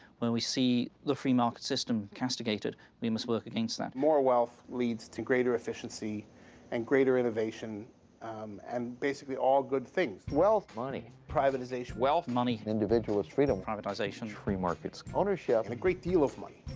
when we see the free-market system castigated, we must work against that. more wealth leads to greater efficiency and greater innovation and basically all good things. wealth. money. privatization. wealth. money. individualist freedom. privatization. free markets. ownership. and a great deal of money.